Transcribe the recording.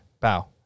Bow